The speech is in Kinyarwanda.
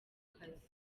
kazi